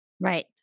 Right